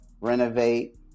renovate